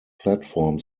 platform